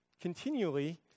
continually